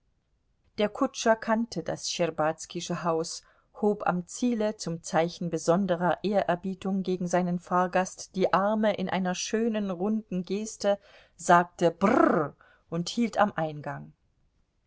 der kutscher kannte das schtscherbazkische haus hob am ziele zum zeichen besonderer ehrerbietung gegen seinen fahrgast die arme in einer schönen runden geste sagte brr und hielt am eingang